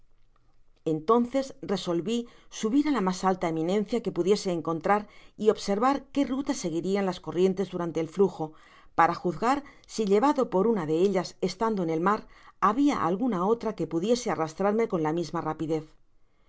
entonces resolvi subir á la mas alta eminencia que pudiese encontrar y observar qué ruta seguirian las corrientes durante el flujo para juzgar si llevado por una de ellas estando en el mar habia alguna otra que pudiese arrastrarme con la misma rapidez